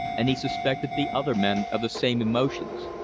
and he suspected the other men of the same emotions,